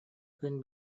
күн